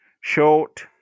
short